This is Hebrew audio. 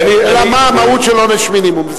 השאלה, מה המהות של עונש מינימום.